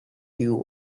you